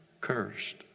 cursed